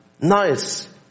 nice